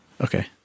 Okay